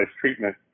treatment